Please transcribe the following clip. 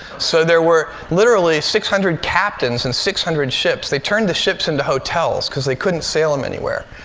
so there were literally six hundred captains and six hundred ships. they turned the ships into hotels, because they couldn't sail them anywhere.